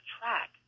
track